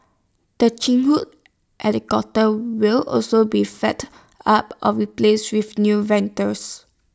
the Chinook helicopters will also be fight up or replaced with new